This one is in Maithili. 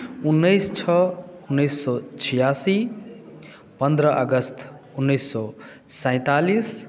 उन्नैस छओ उन्नैस सए छियासी पन्द्रह अगस्त उन्नैस सए सैंतालिस